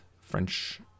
French